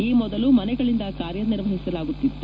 ಈ ಮೊದಲು ಮನೆಗಳಿಂದ ಕಾರ್ಯನಿರ್ವಹಿಸಲಾಗುತ್ತಿತ್ತು